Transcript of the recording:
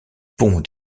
pont